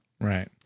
Right